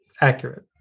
accurate